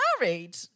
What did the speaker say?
married